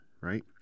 right